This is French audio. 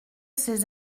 ces